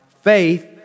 faith